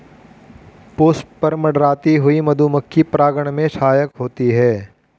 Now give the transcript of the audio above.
पुष्प पर मंडराती हुई मधुमक्खी परागन में सहायक होती है